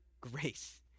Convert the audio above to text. Grace